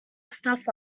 stuff